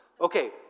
Okay